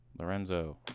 Lorenzo